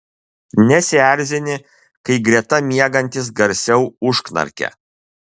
nesierzini kai greta miegantis garsiau užknarkia